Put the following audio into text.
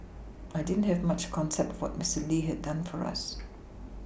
I didn't have much concept for Mister Lee had done for us